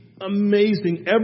amazing